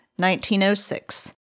1906